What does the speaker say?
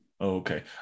okay